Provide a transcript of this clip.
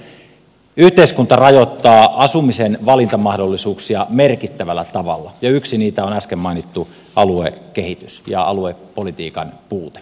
todellisuudessa yhteiskunta rajoittaa asumisen valintamahdollisuuksia merkittävällä tavalla ja yksi niistä on äsken mainittu aluekehitys ja aluepolitiikan puute